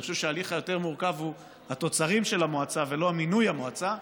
אני חושב שההליך היותר-מורכב הוא התוצרים של המועצה ולא מינוי המועצה.